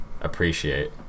appreciate